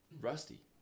Rusty